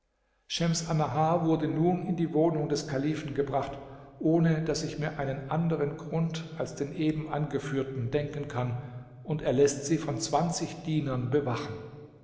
schems annahar wurde nun in die wohnung des kalifen gebracht ohne daß ich mir einen anderen grund als den eben angeführten denken kann und er läßt sie von zwanzig dienern bewachen